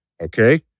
Okay